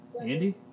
Andy